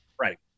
Right